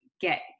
get